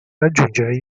raggiungere